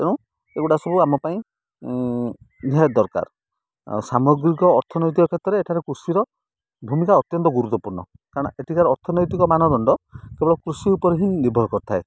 ତେଣୁ ଏଗୁଡ଼ା ସବୁ ଆମ ପାଇଁ ନିହାତି ଦରକାର ସାମଗ୍ରିକ ଅର୍ଥନୈତିକ କ୍ଷେତ୍ରରେ ଏଠାରେ କୃଷିର ଭୂମିକା ଅତ୍ୟନ୍ତ ଗୁରୁତ୍ୱପୂର୍ଣ୍ଣ କାରଣ ଏଠିକାର ଅର୍ଥନୈତିକ ମାନଦଣ୍ଡ କେବଳ କୃଷି ଉପରେ ହିଁ ନିର୍ଭର କରିଥାଏ